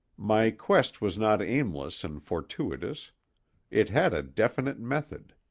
my quest was not aimless and fortuitous it had a definite method.